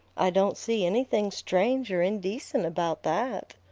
i don't see anything strange or indecent about that.